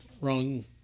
Wrong